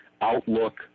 Outlook